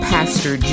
Pastor